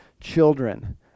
children